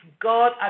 God